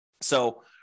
So-